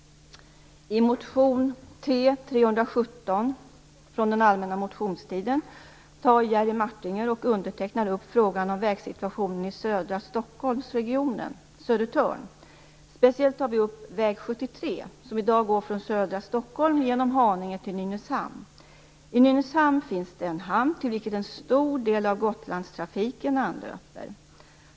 Jerry Martinger och undertecknad upp frågan om vägsituationen i södra Stockholmsregionen på Södertörn. Speciellt tar vi upp frågan om väg 73 som i dag går från södra Stockholm genom Haninge till Nynäshamn. I Nynäshamn finns det en hamn, till vilken en stor del av Gotlandstrafiken anlöper.